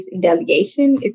delegation